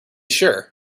sure